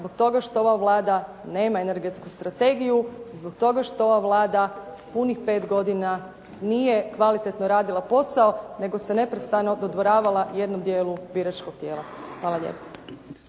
zbog toga što ova Vlada nema energetsku strategiju, zbog toga što ova Vlada punih pet godina nije kvalitetno radila posao nego se neprestano dodvoravala jednom dijelu biračkog tijela. Hvala lijepa.